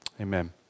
Amen